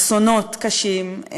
אסונות קשים,